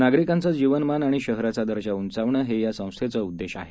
नागरिकांचे जीवनमान आणि शहरांचा दर्जा उंचावणे हे या संस्थेचे उद्देश आहे